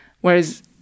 Whereas